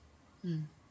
mm